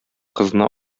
кызны